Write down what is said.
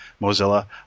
Mozilla